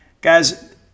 guys